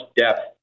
depth